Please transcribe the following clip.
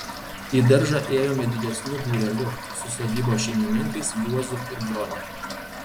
į daržą ėjome didesniu būreliu su sodybos šeimininkais juozu ir brone